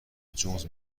جونز